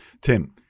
Tim